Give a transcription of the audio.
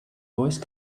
voice